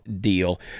deal